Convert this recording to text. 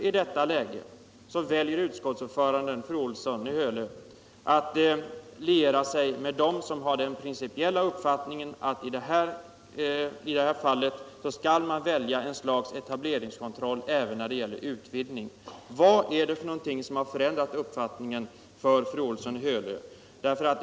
I detta läge väljer emellertid utskottsordföranden att liera sig med dem som har den principiella uppfattningen att vi skall välja etableringskontroll även när det gäller utvidgning. Vad är det som har förändrat fru Olssons i Hölö uppfattning?